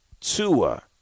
Tua